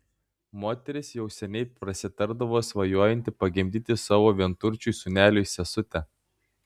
moteris jau seniai prasitardavo svajojanti pagimdyti savo vienturčiui sūneliui sesutę